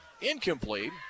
incomplete